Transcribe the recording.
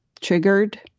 triggered